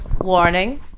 Warning